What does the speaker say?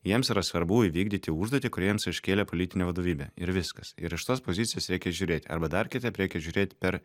jiems yra svarbu įvykdyti užduotį kurią jiems iškėlė politinė vadovybė ir viskas ir iš tos pozicijos reikia žiūrėti arba dar kitaip reikia žiūrėt per